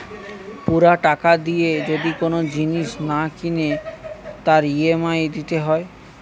পুরা টাকা দিয়ে যদি কোন জিনিস না কিনে তার ই.এম.আই দিতে হয়